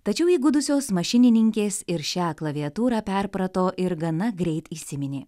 tačiau įgudusios mašininkės ir šią klaviatūrą perprato ir gana greit įsiminė